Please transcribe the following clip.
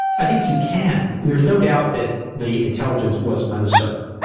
i think you can. there's no doubt that the intelligence was uncertain,